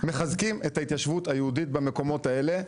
מחזקים את ההתיישבות היהודית במקומות האלה.